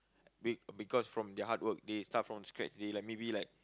be~ because from their hard work they start from scratch they like maybe like